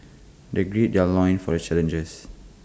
they gird their loins for the challenges